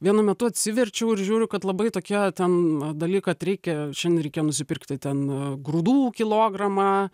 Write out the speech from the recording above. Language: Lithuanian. vienu metu atsiverčiau ir žiūriu kad labai tokia ten dali kad reikia šiandien reikėjo nusipirkti ten grūdų kilogramą